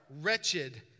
wretched